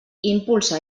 impulsa